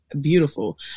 beautiful